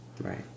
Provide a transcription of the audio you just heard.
right